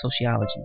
sociology